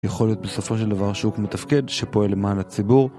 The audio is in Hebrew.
יכול להיות בסופו של דבר שהוא מתפקד שפועל למען הציבור